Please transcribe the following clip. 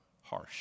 harsh